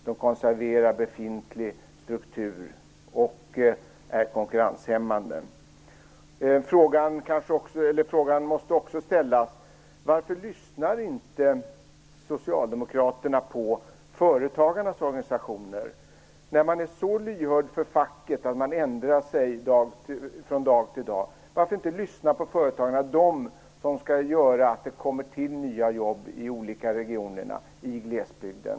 De konserverar befintlig struktur och är konkurrenshämmande. En fråga som också måste ställas är: Varför lyssnar inte socialdemokraterna på företagarnas organisationer? När man är så lyhörd för facket att man ändrar sig från dag till dag, varför lyssnar man då inte på företagarna? Det är företagarna som skall göra att det kommer till nya jobb i regionerna, i glesbygden.